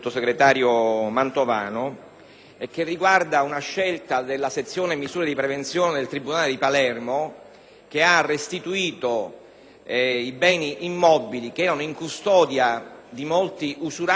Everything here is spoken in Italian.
riguardante una scelta della Sezione misure di prevenzione del tribunale di Palermo, che ha restituito i beni immobili che erano in custodia di molti usurati agli usurai.